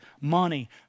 money